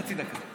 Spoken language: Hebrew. חצי דקה.